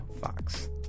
Fox